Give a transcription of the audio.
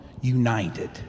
united